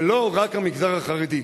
ולא רק המגזר החרדי.